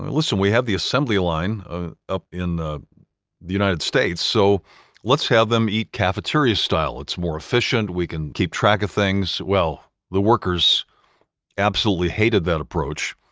listen, we have the assembly line ah up in the the united states, so let's have them eat cafeteria style. it's more efficient. we can keep track of things. well, the workers absolutely hated that approach.